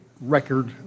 record